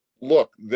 look